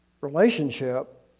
relationship